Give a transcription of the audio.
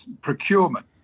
procurement